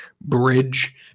bridge